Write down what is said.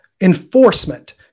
Enforcement